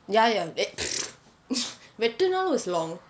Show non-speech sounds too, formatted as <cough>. ya ya it <noise> வெட்டினாலும்:vettinaalum is long